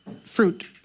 fruit